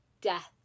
death